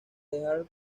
dejar